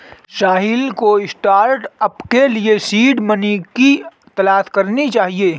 साहिल को स्टार्टअप के लिए सीड मनी की तलाश करनी चाहिए